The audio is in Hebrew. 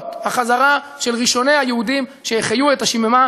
ובעקבות החזרה של ראשוני היהודים שהחיו את השממה